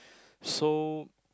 so